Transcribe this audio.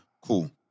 Cool